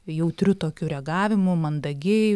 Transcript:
jautriu tokiu reagavimu mandagiai